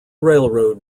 railroad